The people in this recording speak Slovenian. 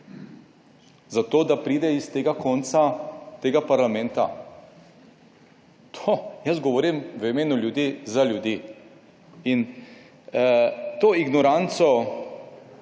Zato, da pride iz tega konca, tega parlamenta. To jaz govorim v imenu ljudi, za ljudi. To ignoranco,